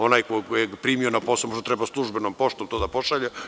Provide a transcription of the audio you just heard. Onaj koji ga je primio na posao možda treba to službenom poštom da pošalje.